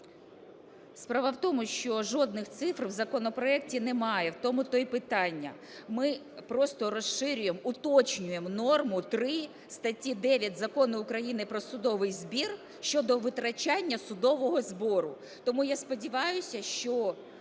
Справа в тому, що жодних цифр в законопроекті немає, в тому то і питання. Ми просто розширюємо, уточнюємо норму 3 статті 9 Закону України "Про судовий збір" щодо витрачання судового збору. Тому я сподіваюсь, що